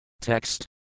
Text